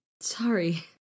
sorry